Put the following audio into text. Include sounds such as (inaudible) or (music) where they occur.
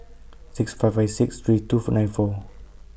six five five six three (unintelligible) nine four